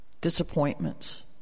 disappointments